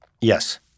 Yes